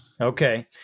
Okay